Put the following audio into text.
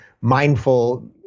mindful